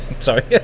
sorry